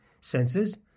senses